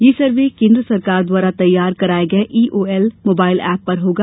यह सर्वे केंद्र सरकार द्वारा तैयार कराये गये ईओएल मोबाईल एप पर होगा